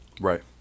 right